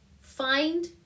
find